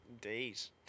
days